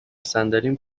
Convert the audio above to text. صندلیم